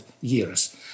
years